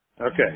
Okay